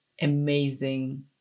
amazing